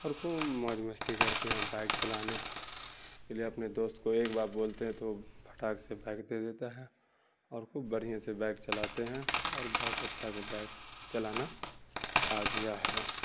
اور خوب موج مستی کرتے ہیں بائک چلانے کے لیے اپنے دوست کو ایک بار بولتے ہیں تو وہ پھٹاک سے بائک دے دیتا ہے اور خوب بڑھیاں سے بائک چلاتے ہیں اور بہت اچھا سے بائک چلانا آ گیا ہے